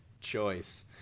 choice